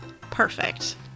perfect